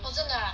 oh 真的 ah